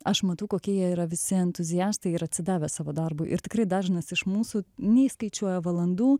aš matau kokie jie yra visi entuziastai ir atsidavę savo darbui ir tikrai dažnas iš mūsų neįskaičiuoja valandų